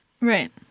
Right